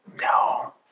no